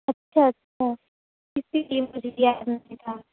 اچھا اچھا اسی لیے مجھے یاد نہیں تھا